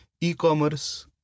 e-commerce